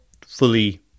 fully